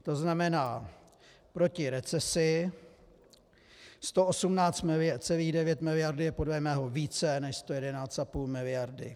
To znamená: proti recesi 118,9 miliardy je podle mého více než 111,5 miliardy.